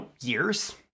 years